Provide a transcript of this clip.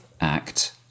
act